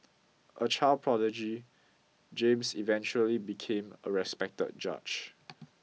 a child prodigy James eventually became a respected judge